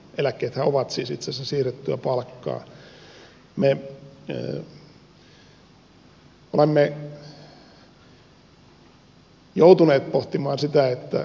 eläkkeethän ovat siis itse asiassa siirrettyä palkkaa